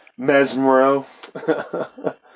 Mesmero